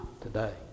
today